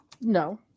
No